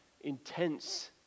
intense